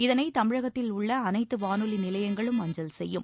இதனை தமிழகத்தில் உள்ள அனைத்து வானொலி நிலையங்களும் அஞ்சல் செய்யும்